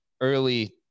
early